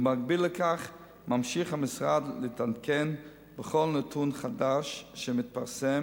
במקביל לכך ממשיך המשרד להתעדכן בכל נתון חדש שמתפרסם